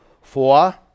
Four